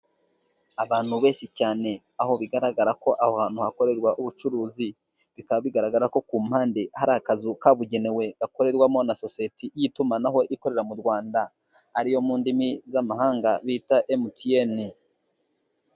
Abantu benshi cyane aho bigaragara ko aho hantu hakorerwa ubucuruzi, bikaba bigaragara ko ku mpande hari akazu kabugenewe gakorerwamo na sosiyete y'itumanaho ikorera mu Rwanda. Ariyo mu ndimi z'amahanga bita MTN.